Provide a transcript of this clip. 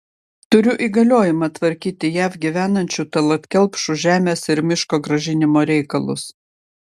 turiu įgaliojimą tvarkyti jav gyvenančių tallat kelpšų žemės ir miško grąžinimo reikalus